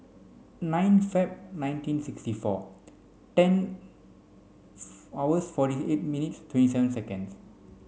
nine Feb nineteen sixty four ten hours forty eight minutes twenty seven seconds